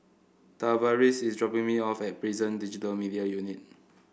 Tavaris is dropping me off at Prison Digital Media Unit